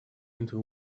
into